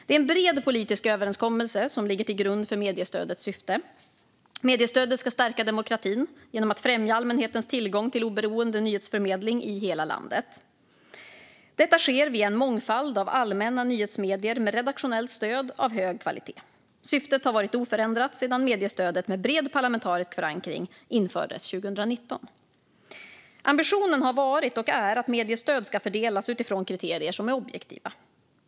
Det är en bred politisk överenskommelse som ligger till grund för mediestödets syfte. Mediestödet ska stärka demokratin genom att främja allmänhetens tillgång till oberoende nyhetsförmedling i hela landet. Detta sker via en mångfald av allmänna nyhetsmedier med redaktionellt innehåll av hög kvalitet. Syftet har varit oförändrat sedan mediestödet med bred parlamentarisk förankring infördes 2019. Ambitionen har varit och är att mediestöd ska fördelas utifrån kriterier som är objektiva.